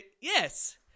Yes